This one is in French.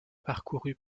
parcouru